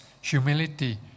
humility